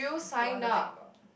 don't want to think about